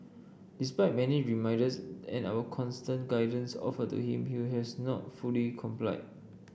despite many reminders and our constant guidance offered to him he has not fully complied